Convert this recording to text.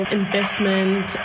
investment